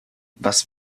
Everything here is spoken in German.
was